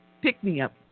pick-me-up